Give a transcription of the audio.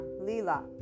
Lila